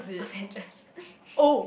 Avengers